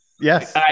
Yes